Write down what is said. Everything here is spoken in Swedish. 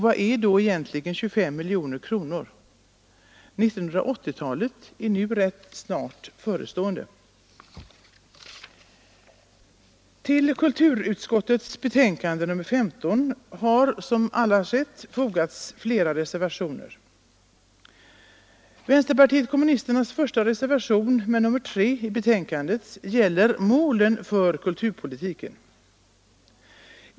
Vad är då egentligen 25 miljoner kronor? 1980-talets inbrott är nu rätt snart förestående. Till kulturutskottets betänkande nr 15 har som alla sett fogats flera reservationer. Vänsterpartiet kommunisternas första reservation, nr 3 vid betänkandet, gäller målen för kulturpolitiken.